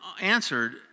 answered